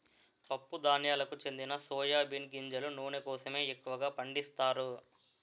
పప్పు ధాన్యాలకు చెందిన సోయా బీన్ గింజల నూనె కోసమే ఎక్కువగా పండిస్తారు